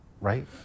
right